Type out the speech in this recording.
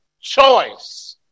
Choice